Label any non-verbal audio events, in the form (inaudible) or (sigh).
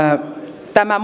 tämä (unintelligible)